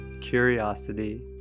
curiosity